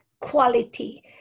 quality